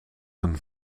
een